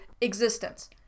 existence